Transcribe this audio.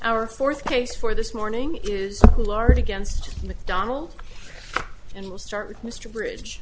our fourth case for this morning is largely against macdonald and we'll start with mr bridge